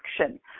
action